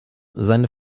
seine